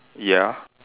ya